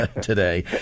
today